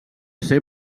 ser